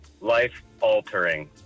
life-altering